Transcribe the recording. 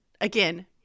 again